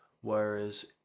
Whereas